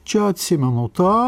čia atsimenu tą